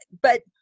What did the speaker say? but-